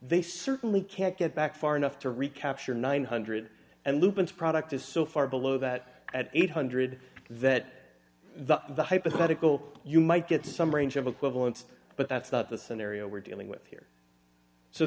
they certainly can't get back far enough to recapture nine hundred and lupins product is so far below that at eight hundred that the the hypothetical you might get some range of equivalence but that's not the scenario we're dealing with here so